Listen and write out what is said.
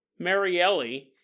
Marielli